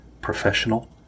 professional